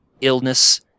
illness